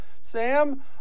Sam